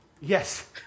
Yes